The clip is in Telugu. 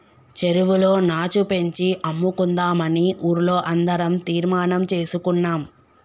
చెరువులో నాచు పెంచి అమ్ముకుందామని ఊర్లో అందరం తీర్మానం చేసుకున్నాం